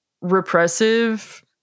repressive